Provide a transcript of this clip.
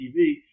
TV